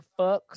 fucks